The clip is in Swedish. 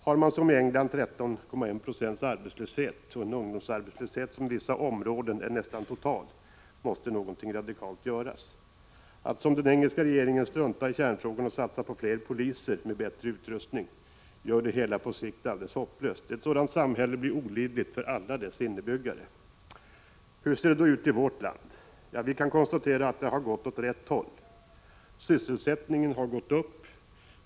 Har man som i England 13,1 20 arbetslöshet och en ungdomsarbetslöshet som i vissa områden är nästan total, måste något radikalt göras. Att som den engelska regeringen strunta i kärnfrågan och satsa på fler poliser med bättre utrustning gör det hela på sikt alldeles hopplöst. Ett sådant samhälle blir olidligt för alla dess inbyggare. Hur ser det då ut i vårt land? Vi kan konstatera att det har gått åt rätt håll. Sysselsättningen har gått upp.